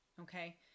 Okay